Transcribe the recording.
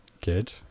Good